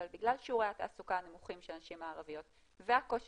אבל בגלל שיעורי התעסוקה הנמוכים של הנשים הערביות והקושי